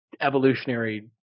evolutionary